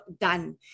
done